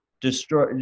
destroy